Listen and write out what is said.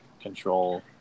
control